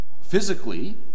physically